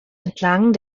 entlang